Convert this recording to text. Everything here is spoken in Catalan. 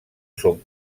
són